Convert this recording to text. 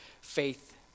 faith